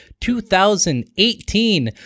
2018